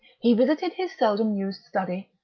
he visited his seldom-used study,